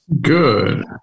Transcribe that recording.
Good